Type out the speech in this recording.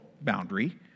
boundary